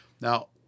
Now